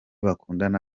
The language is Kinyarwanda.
bakundana